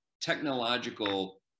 technological